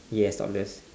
yes topless